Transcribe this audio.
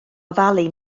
ofalu